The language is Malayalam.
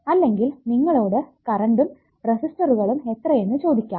അല്ലെങ്കിൽ നിങ്ങളോട് കറണ്ടും റെസിസ്റ്ററുകളും എത്രയെന്ന് ചോദിക്കാം